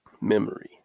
memory